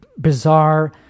bizarre